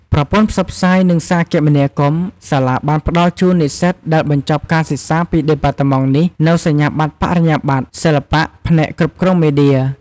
ប្រព័ន្ធផ្សព្វផ្សាយ និងសារគមនាគមន៍ សាលាបានផ្តល់ជូននិស្សិតដែលបញ្ចប់ការសិក្សាពីដេប៉ាតឺម៉ង់នេះនូវសញ្ញាបត្របរិញ្ញាបត្រសិល្បៈផ្នែកគ្រប់គ្រងមេឌៀ ។